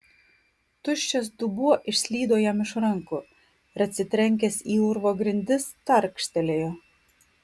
tuščias dubuo išslydo jam iš rankų ir atsitrenkęs į urvo grindis tarkštelėjo